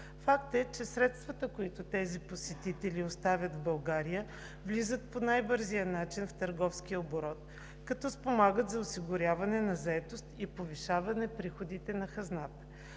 Факт е, че средствата, които тези посетители оставят в България, влизат по най-бързия начин в търговския оборот, като спомагат за осигуряване на заетост и повишаване приходите в хазната.